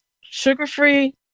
sugar-free